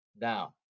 Now